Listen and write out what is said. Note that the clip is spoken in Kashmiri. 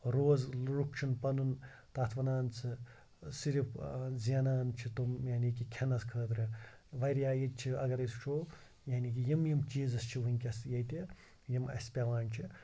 روز لُکھ چھِنہٕ پَنُن تَتھ وَنان سہٕ صرف زٮ۪نان چھِ تٕم یعنی کہِ کھٮ۪نَس خٲطرٕ واریاہ ییٚتہِ چھِ اگر أسۍ وٕچھو یعنی کہِ یِم یِم چیٖزٕس چھِ وٕنکٮ۪س ییٚتہِ یِم اَسہِ پٮ۪وان چھِ